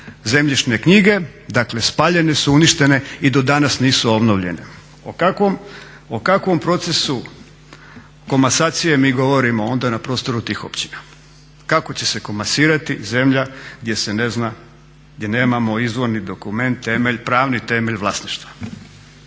zemljišne knjige, dakle spaljene su, uništene i do danas nisu obnovljene. O kakvom procesu komasacije mi govorimo onda na prostoru tih općina? Kako će se komasirati zemlja gdje nemamo izvorni dokument, temelj, pravni temelj vlasništva?